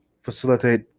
facilitate